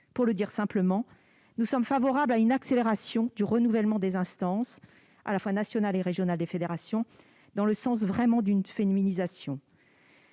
Pour le dire simplement, nous sommes favorables à une accélération du renouvellement des instances, à la fois nationales et régionales, et des fédérations, dans le sens d'une vraie féminisation.